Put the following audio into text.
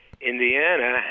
Indiana